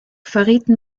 verrieten